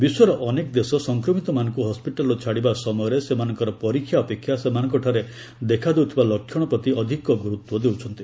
ବିଶ୍ୱର ଅନେକ ଦେଶ ସଂକ୍ରମିତମାନଙ୍କୁ ହସ୍କିଟାଲ୍ରୁ ଛାଡ଼ିବା ସମୟରେ ସେମାନଙ୍କର ପରୀକ୍ଷା ଅପେକ୍ଷା ସେମାନଙ୍କଠାରେ ଦେଖାଦେଉଥିବା ଲକ୍ଷଣ ପ୍ରତି ଅଧିକ ଗୁରୁତ୍ୱ ଦେଉଛନ୍ତି